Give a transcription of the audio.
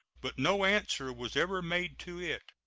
but no answer was ever made to it.